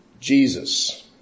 Jesus